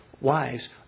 Wives